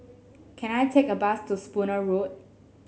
can I take a bus to Spooner Road